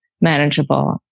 manageable